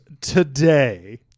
Today